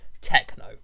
techno